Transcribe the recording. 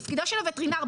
תפקידו של הווטרינר,